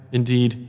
Indeed